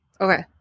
Okay